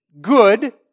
Good